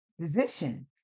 position